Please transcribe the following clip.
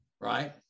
right